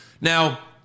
Now